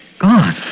God